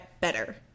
better